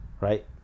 right